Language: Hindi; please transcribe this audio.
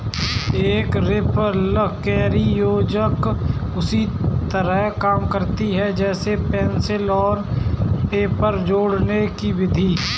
एक रिपलकैरी योजक उसी तरह काम करता है जैसे पेंसिल और पेपर जोड़ने कि विधि